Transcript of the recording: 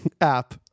app